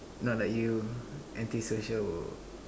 not like you antisocial